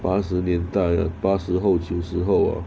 八十年代八十后九十后啊